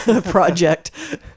project